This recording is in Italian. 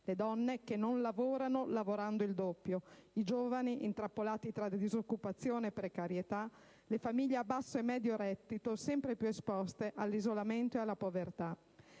le donne, che non lavorando, lavorano il doppio; i giovani, intrappolati tra disoccupazione e precarietà, le famiglie a basso e medio reddito, sempre più esposte all'isolamento ed alla povertà.